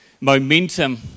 momentum